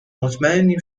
مطمیئنم